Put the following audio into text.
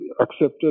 accepted